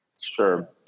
Sure